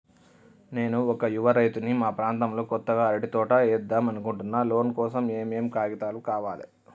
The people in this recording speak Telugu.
నేను ఒక యువ రైతుని మా ప్రాంతంలో కొత్తగా అరటి తోట ఏద్దం అనుకుంటున్నా లోన్ కోసం ఏం ఏం కాగితాలు కావాలే?